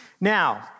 Now